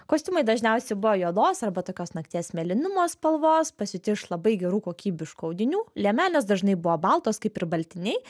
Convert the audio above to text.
kostiumai dažniausiai buvo juodos arba tokios nakties mėlynumo spalvos pasiūti iš labai gerų kokybiškų audinių liemenės dažnai buvo baltos kaip ir baltiniai